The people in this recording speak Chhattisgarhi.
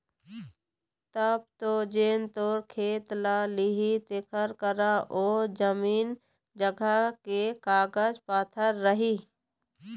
तब तो जेन तोर खेत ल लिही तेखर करा ओ जमीन जघा के कागज पतर रही